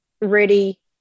ready